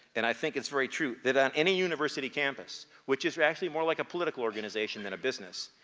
and i think it's very true, that on any university campus, which is actually more like a political organization than a business,